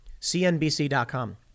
CNBC.com